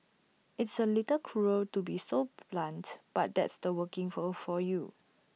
it's A little cruel to be so blunt but that's the working world for you